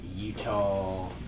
Utah